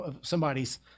somebody's